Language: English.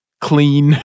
clean